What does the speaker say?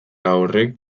horrek